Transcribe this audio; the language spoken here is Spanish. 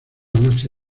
noche